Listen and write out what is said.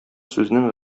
сүзнең